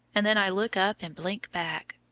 and then i look up and blink back.